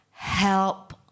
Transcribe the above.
Help